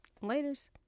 Later's